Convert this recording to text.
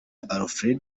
alfred